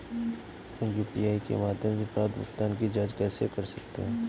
हम यू.पी.आई के माध्यम से प्राप्त भुगतान की जॉंच कैसे कर सकते हैं?